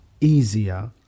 easier